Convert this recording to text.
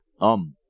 Um